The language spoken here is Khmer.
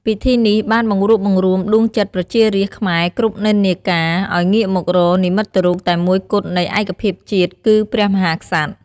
ពិធីនេះបានបង្រួបបង្រួមដួងចិត្តប្រជារាស្ត្រខ្មែរគ្រប់និន្នាការ ឲ្យងាកមករក និមិត្តរូបតែមួយគត់នៃឯកភាពជាតិ គឺព្រះមហាក្សត្រ។